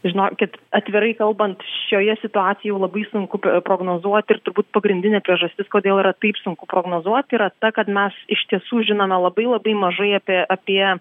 žinokit atvirai kalbant šioje situacijoje labai sunku prognozuoti ir turbūt pagrindinė priežastis kodėl yra taip sunku prognozuoti yra ta kad mes iš tiesų žinome labai labai mažai apie apie